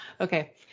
okay